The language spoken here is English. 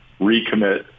recommit